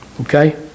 Okay